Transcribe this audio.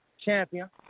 Champion